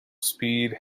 speed